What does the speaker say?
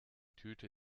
tüte